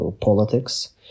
politics